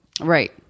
Right